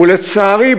ולצערי,